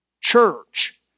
church